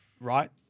Right